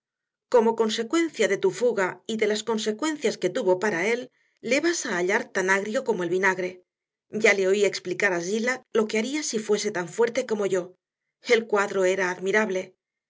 como consecuencia de tu fuga y de las consecuencias que tuvo para él le vas a hallar tan agrio como el vinagre ya le oí explicar a zillah lo que haría si fuese tan fuerte como yo el cuadro era admirable